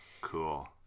Cool